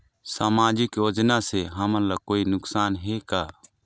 सामाजिक योजना से हमन ला कोई नुकसान हे का?